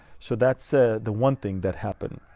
so that's ah the one thing that happened.